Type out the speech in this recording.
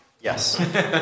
Yes